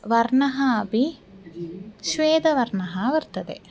वर्णः अपि श्वेतवर्णः वर्तते